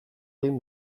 egin